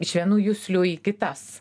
iš vienų juslių į kitas